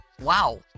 wow